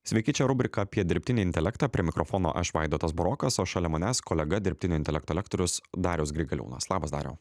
sveiki čia rubrika apie dirbtinį intelektą prie mikrofono aš vaidotas burokas o šalia manęs kolega dirbtinio intelekto lektorius darius grigaliūnas labas dariau